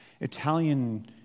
Italian